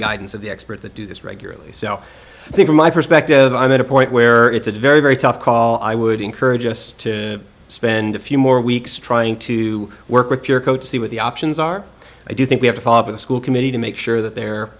guidance of the expert that do this regularly so i think from my perspective i'm at a point where it's a very very tough call i would encourage us to spend a few more weeks trying to work with your code to see what the options are i do think we have to talk to the school committee to make sure that they're